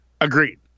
Agreed